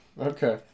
Okay